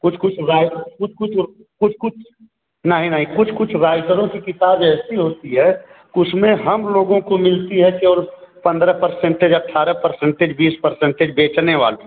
कुछ कुछ राइट कुछ कुछ कुछ कुछ नहीं नहीं कुछ कुछ राइटरों की किताब ऐसी होती है उसमें हम लोगों को मिलती है कि और पन्द्रह परसेंटेज अठारह परसेंटेज बीस परसेंटेज बेचने वालों को